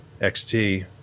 XT